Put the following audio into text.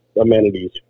amenities